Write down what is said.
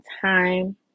time